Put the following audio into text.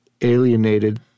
alienated